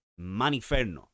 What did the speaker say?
Maniferno